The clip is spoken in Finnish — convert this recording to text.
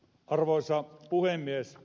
arvoisa puhemies